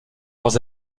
leurs